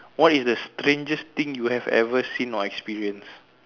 what is the strangest thing you have ever seen or experience